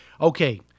Okay